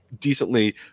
decently